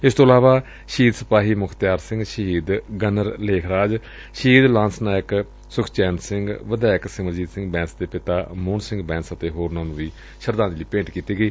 ਇਨੂਾਂ ਤੋ ਇਲਾਵਾ ਸ਼ਹੀਦ ਸਿਪਾਹੀ ਮੁਖਤਿਆਰ ਸਿੰਘ ਸ਼ਹੀਦ ਗਨਰ ਲੇਖ ਰਾਜ ਸ਼ਹੀਦ ਲਾਸ ਨਾਇਕ ਸੁਖਚੈਨ ਂਸਿੰਘ ਵਿਧਾਇਕ ਸਿਮਰਜੀਤ ਸਿੰਘ ਬੈਂਸ ਦੇ ਪਿਤਾ ਮੋਹਨ ਸਿੰਘ ਬੈਂਸ ਅਤੇ ਹੋਰਨਾਂ ਨੁੰ ਸ਼ਰਧਾਂਜਲੀ ਭੇਟ ਕੀਤੀ ਗਈ